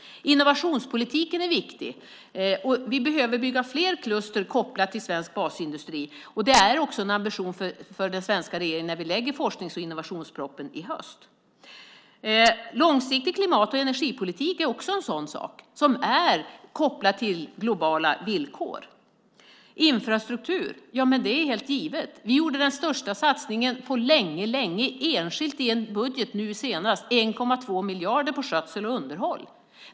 Innovationspolitiken är viktig. Vi behöver bygga fler kluster kopplade till svensk basindustri. Det är också den svenska regeringens ambition i forsknings och innovationspropositionen som vi lägger fram i höst. Långsiktig klimat och energipolitik är också en sådan sak som är kopplad till globala villkor liksom infrastruktur, helt givet. Vi gjorde den enskilt största satsningen på mycket länge i en budget nu senast med 1,2 miljarder på skötsel och underhåll.